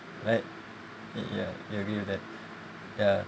right ya you agree with that ya